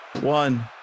one